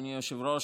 אדוני היושב-ראש,